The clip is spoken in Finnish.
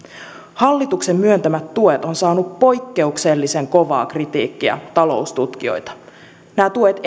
hallituksen myöntämät tuet ovat saaneet poikkeuksellisen kovaa kritiikkiä taloustutkijoilta nämä tuet